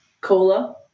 Cola